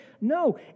No